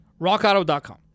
rockauto.com